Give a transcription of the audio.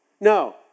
No